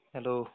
Hello